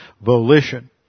volition